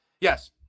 Yes